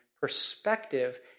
perspective